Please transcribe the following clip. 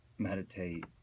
meditate